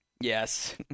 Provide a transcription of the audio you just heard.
Yes